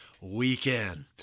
weekend